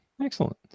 Excellent